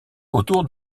autour